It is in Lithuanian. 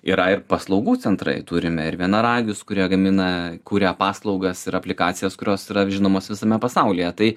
yra ir paslaugų centrai turime ir vienaragius kurie gamina kuria paslaugas ir aplikacijas kurios yra žinomos visame pasaulyje tai